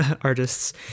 artists